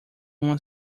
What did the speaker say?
uma